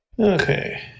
Okay